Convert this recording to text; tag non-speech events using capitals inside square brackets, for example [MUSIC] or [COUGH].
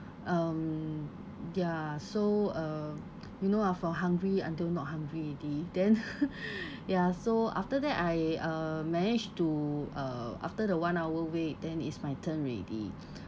um ya so uh you know ah for hungry until not hungry already then [LAUGHS] ya so after that I uh managed to uh after the one hour wait then it's my turn already [NOISE]